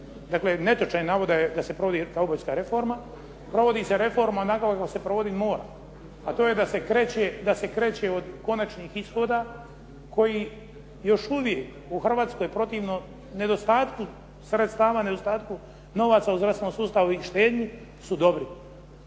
dakle netočan je navod da se provodi kaubojska reforma. Provodi se reforma onako kako se provoditi mora, a to je da se kreće od konačnih ishoda koji još uvijek u Hrvatskoj protivno nedostatku sredstava, nedostatku novaca u zdravstvenom sustavu i štednji su dobri.